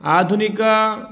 आधुनिक